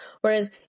Whereas